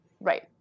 Right